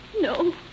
No